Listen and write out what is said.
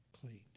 cleaned